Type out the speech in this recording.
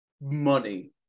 money